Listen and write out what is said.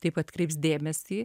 taip atkreips dėmesį